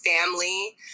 family